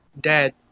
dad